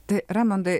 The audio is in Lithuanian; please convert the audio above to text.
tai raimondai